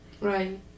right